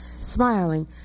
smiling